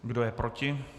Kdo je proti?